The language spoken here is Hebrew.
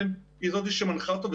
שהיא זאת שמנחה אותו,